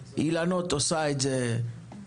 "אילנות" עושה את זה ברפואה.